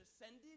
ascended